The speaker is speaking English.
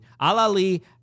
Al-Ali